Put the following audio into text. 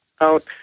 out